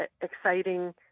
exciting